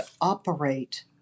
operate